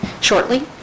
shortly